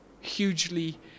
Hugely